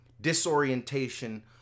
disorientation